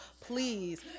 please